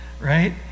Right